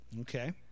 Okay